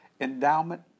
endowment